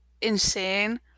insane